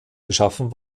beschaffen